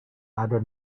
other